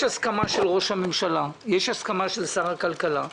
יש הסכמה של ראש הממשלה, יש הסכמה של שר הכלכלה.